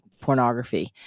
pornography